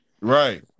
Right